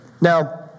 now